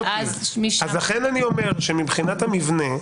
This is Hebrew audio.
לכן אני אומר שמבחינת המבנה,